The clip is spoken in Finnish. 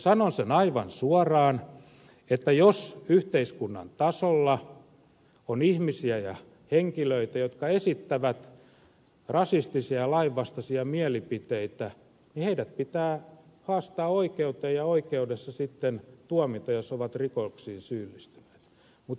sanon sen aivan suoraan että jos yhteiskunnan tasolla on ihmisiä ja henkilöitä jotka esittävät rasistisia lainvastaisia mielipiteitä heidät pitää haastaa oikeuteen ja oikeudessa sitten tuomita jos ovat rikoksiin syyllistyneet